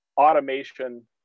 automation